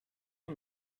you